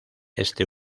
este